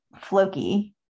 Floki